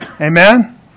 Amen